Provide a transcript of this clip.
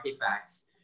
artifacts